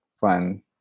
fun